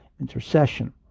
intercession